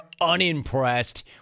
unimpressed